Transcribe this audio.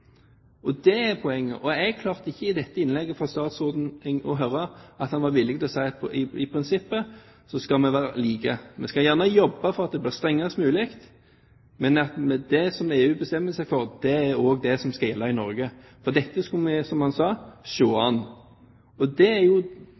USA. Det er poenget. Jeg klarte ikke i dette innlegget fra statsråden å høre at han var villig til å si at i prinsippet skal vi være like. Vi skal gjerne jobbe for at det blir strengest mulig, men det som EU bestemmer seg for, er også det som skal gjelde i Norge. Dette skulle vi, som han sa,